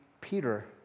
Peter